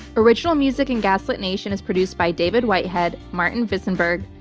original music in gaslit nation is produced by david whitehead, martin visenberg,